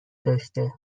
داشته